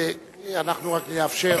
ואנחנו רק נאפשר